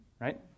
right